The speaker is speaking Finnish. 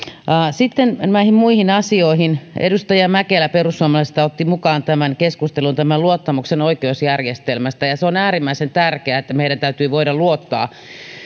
sitten näihin muihin asioihin edustaja mäkelä perussuomalaisista otti mukaan keskusteluun tämän luottamuksen oikeusjärjestelmään ja se on äärimmäisen tärkeää että meidän täytyy voida luottaa